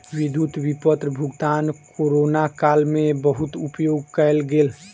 विद्युत विपत्र भुगतान कोरोना काल में बहुत उपयोग कयल गेल